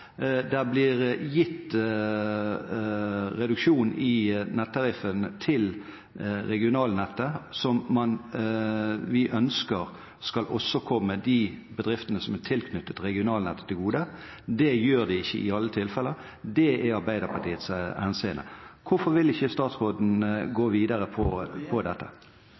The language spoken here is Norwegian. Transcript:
Det blir gitt reduksjon i nettariffen til regionalnettet som vi ønsker også skal komme de bedriftene som er tilknyttet regionalnettet, til gode. Det gjør det ikke i alle tilfeller. Det er Arbeiderpartiets henseende. Hvorfor vil ikke statsråden gå videre på dette?